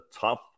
tough